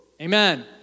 amen